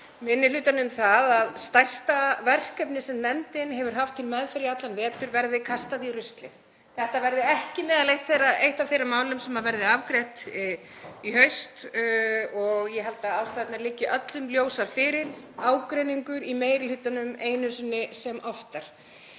minni hlutanum það að stærsta verkefni sem nefndin hefur haft til meðferðar í allan vetur verði kastað í ruslið. Það verði ekki eitt af þeim málum sem verði afgreidd í vor og ég held að ástæðurnar liggi öllum ljósar fyrir; ágreiningur í meiri hlutanum einu sinni sem oftar.